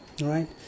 Right